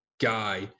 guy